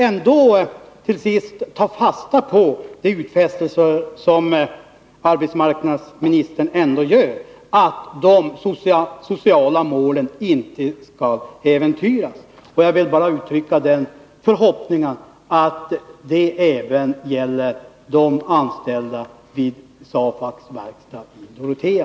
Till sist vill jag ta fasta på de utfästelser som arbetsmarknadsministern ändå gör, att de sociala målen inte skall äventyras. Jag vill bara uttrycka förhoppningen att det även gäller de anställda vid SAFAC:s verkstad i Dorotea.